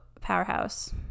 powerhouse